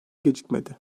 gecikmedi